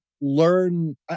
learn